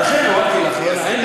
אז, לכן אמרתי: לאחרונה.